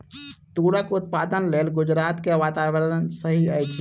तूरक उत्पादनक लेल गुजरात के वातावरण सही अछि